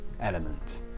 element